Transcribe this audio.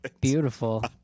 beautiful